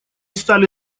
стали